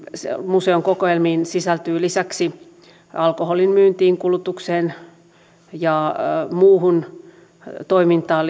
museon kokoelmiin sisältyy lisäksi alkoholin myyntiin kulutukseen ja muuhun toimintaan